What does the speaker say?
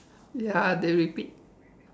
ya they repeat